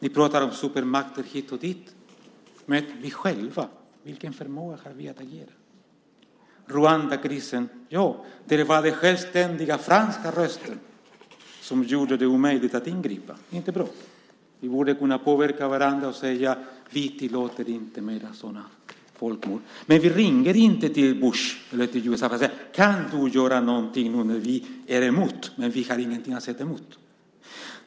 Ni pratar om supermakter hit och dit, men vilken förmåga har vi själva att agera? I Rwandakrisen var det självständiga franska röster som gjorde det omöjligt att ingripa. Det är inte bra. Vi borde kunna påverka varandra och säga att vi inte tillåter sådana folkmord. Men vi ringer inte till Bush och frågar om han kan göra någonting nu när vi är emot och inte har någonting att sätta emot.